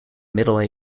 middle